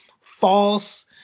false